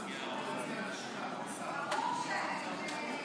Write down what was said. הסתייגות מס' 42, ביקשה האופוזיציה: שמית.